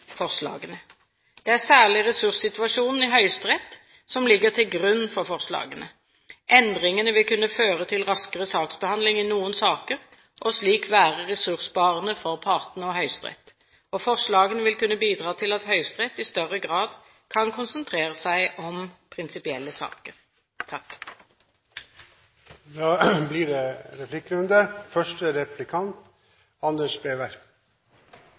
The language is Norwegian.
Det er særlig ressurssituasjonen i Høyesterett som ligger til grunn for forslagene. Endringene vil kunne føre til raskere saksbehandling i noen saker og slik være ressursbesparende for partene og Høyesterett. Forslagene vil kunne bidra til at Høyesterett i større grad kan konsentrere seg om prinsipielle saker. Det blir